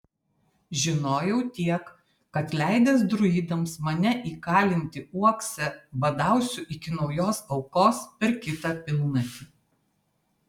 žinojau tiek kad leidęs druidams mane įkalinti uokse badausiu iki naujos aukos per kitą pilnatį